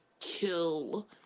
kill